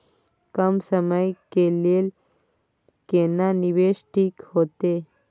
कम समय के लेल केना निवेश ठीक होते?